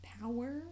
power